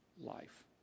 life